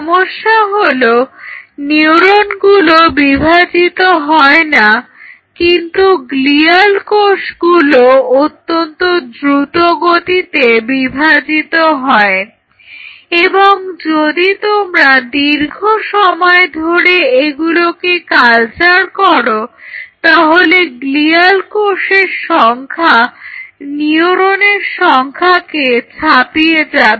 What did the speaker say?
সমস্যা হলো নিউরনগুলো বিভাজিত হয় না কিন্তু গ্লিয়াল কোষগুলো অত্যন্ত দ্রুতগতিতে বিভাজিত হয় এবং যদি তোমরা দীর্ঘ সময় ধরে এগুলোকে কালচার করো তাহলে গ্লিয়াল কোষের সংখ্যা নিউরনের সংখ্যাকে ছাপিয়ে যাবে